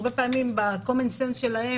הרבה פעמים ב- Common sense שלהם